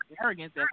arrogance